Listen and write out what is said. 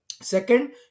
Second